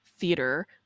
theater